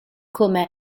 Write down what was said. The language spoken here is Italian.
come